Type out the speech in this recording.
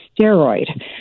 steroid